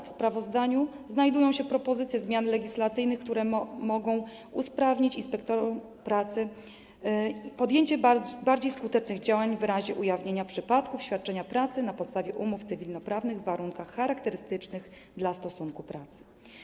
W sprawozdaniu znajdują się propozycje zmian legislacyjnych, które mogą ułatwić inspektorom pracy podjęcie bardziej skutecznych działań w razie ujawnienia przypadków świadczenia pracy na podstawie umów cywilnoprawnych w warunkach charakterystycznych dla stosunku pracy.